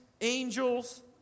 angels